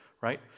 right